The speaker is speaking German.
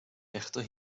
echter